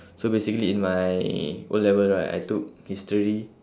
so basically in my O level right I took history